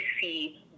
see